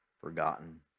forgotten